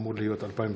אמור להיות 2016,